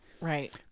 right